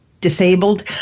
disabled